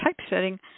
typesetting